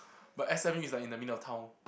but S_M_U is like in the middle of town